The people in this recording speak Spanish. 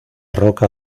roca